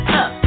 up